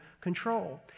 control